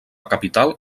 capital